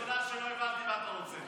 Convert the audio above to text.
זאת פעם ראשונה שלא הבנתי מה אתה רוצה.